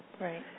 Right